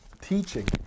teaching